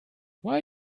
why